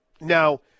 Now